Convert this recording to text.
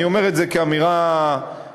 אני אומר את זה כאמירה כללית,